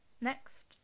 next